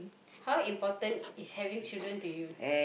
how important is having children to you